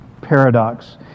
paradox